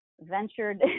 ventured